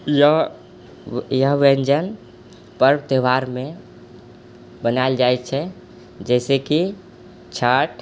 जँ यह व्यञ्जन पर्व त्यौहारमे बनाएल जाइत छै जैसेकि चाट